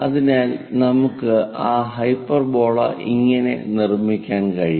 അതിനാൽ നമുക്ക് ആ ഹൈപ്പർബോള ഇങ്ങനെ നിർമ്മിക്കാൻ കഴിയും